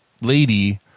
lady